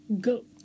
go